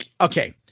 Okay